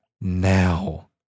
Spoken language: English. now